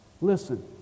Listen